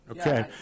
okay